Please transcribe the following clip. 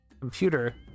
computer